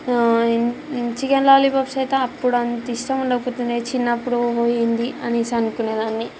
in chicken లాలీపప్సయితే అప్పుడంత ఇష్టముండకపోతేనే చిన్నప్పుడు పోయింది అనేసి అనుకొనేదాన్ని